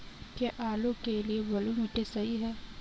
क्या आलू के लिए बलुई मिट्टी सही है?